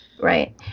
Right